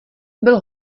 byl